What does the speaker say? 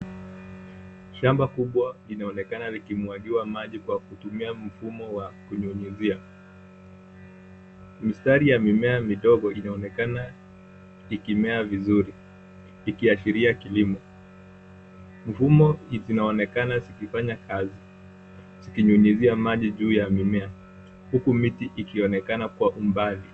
Shamba kubwa linaonekana likimwagiwa maji kutumia mfumo wa kunyunyizia. Mistari ya mimea midogo inaonekana ikimea vizuri ikiashiria kilimo. Mfumo zinaonekana zikifanya kazi zikinyunyizia maji juu ya mimea huku miti ikionekana kwa umbali.